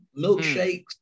milkshakes